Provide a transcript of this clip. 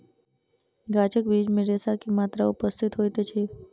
गाछक बीज मे रेशा के मात्रा उपस्थित होइत अछि